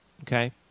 okay